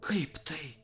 kaip tai